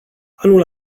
anul